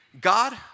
God